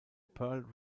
pearl